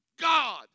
God